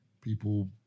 people